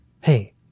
hey